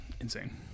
Insane